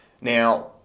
Now